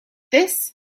this